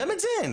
גם את זה אין.